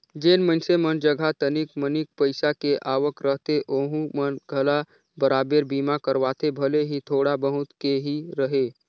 जेन मइनसे मन जघा तनिक मनिक पईसा के आवक रहथे ओहू मन घला बराबेर बीमा करवाथे भले ही थोड़ा बहुत के ही रहें